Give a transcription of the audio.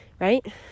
right